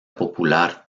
popular